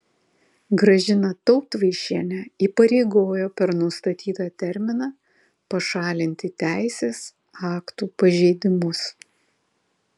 gražiną tautvaišienę įpareigojo per nustatytą terminą pašalinti teisės aktų pažeidimus